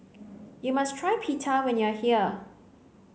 you must try Pita when you are here